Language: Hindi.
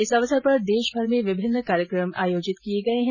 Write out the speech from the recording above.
इस अवसर पर देशभर में विभिन्न कार्यक्रम आयोजित किए गए है